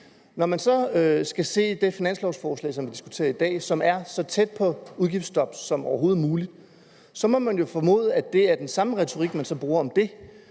Når man så skal se det finanslovforslag, som vi diskuterer i dag, og som er så tæt på udgiftsstop som overhovedet muligt, må man jo formode, at det er den samme retorik, man så bruger om det,